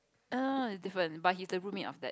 err no it's different but he's the roommate of that